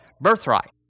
birthright